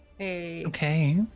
Okay